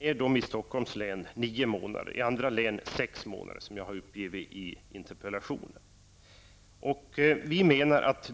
är den i Stockholms län nio månader och i andra län sex månader som jag har uppgivit i interpellationen.